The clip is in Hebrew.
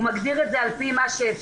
הוא מגדיר את זה על פי מה שאפשר,